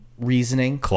reasoning